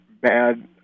bad